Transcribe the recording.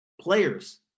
players